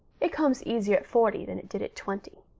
it comes easier at forty than it did at twenty.